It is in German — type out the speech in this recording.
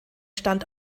stand